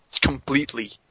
Completely